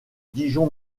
dijon